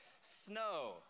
Snow